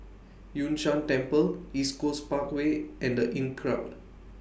Yun Shan Temple East Coast Parkway and The Inncrowd